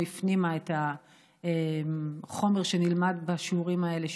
הפנימה את החומר שנלמד בשיעורים האלה,